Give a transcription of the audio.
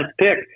pick